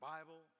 Bible